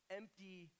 empty